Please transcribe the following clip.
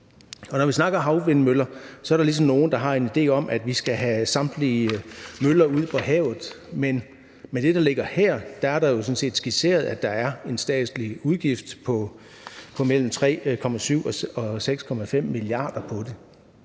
Når vi snakker havvindmøller, er der nogle, der har en idé om, at vi skal have samtlige møller ud på havet, men med det, der ligger her, er det sådan set skitseret, at der er en statslig udgift på mellem 3,7 mia. kr. og 6,5 mia. kr. på det,